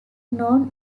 known